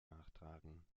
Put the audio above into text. nachtragen